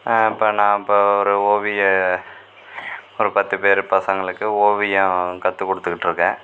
இப்போ நான் இப்போ ஒரு ஓவிய ஒரு பத்து பேர் பசங்களுக்கு ஓவியம் கற்றுக் கொடுத்துகிட்ருக்கேன்